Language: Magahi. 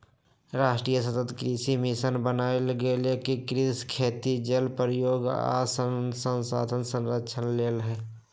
राष्ट्रीय सतत कृषि मिशन बनाएल गेल एकीकृत खेती जल प्रयोग आ संसाधन संरक्षण लेल